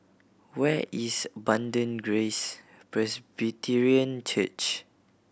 where is Abundant Grace Presbyterian Church